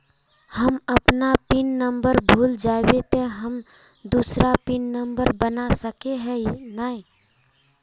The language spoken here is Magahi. हम अपन पिन नंबर भूल जयबे ते हम दूसरा पिन नंबर बना सके है नय?